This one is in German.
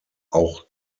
auch